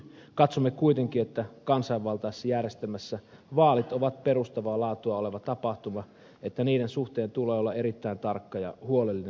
katsomme kuitenkin että kansanvaltaisessa järjestelmässä vaalit ovat perustavaa laatua oleva tapahtuma ja että niiden suhteen tulee olla erittäin tarkka ja huolellinen